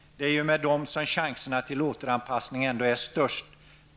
Det är när det gäller dem som chanserna till återanpassningar är störst.